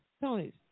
Tony's